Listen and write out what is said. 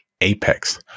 Apex